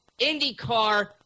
IndyCar